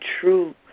true